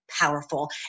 powerful